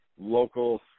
local